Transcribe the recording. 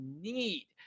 need